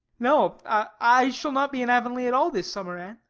no, i shall not be in avonlea at all this summer, anne.